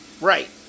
right